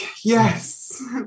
yes